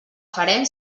farem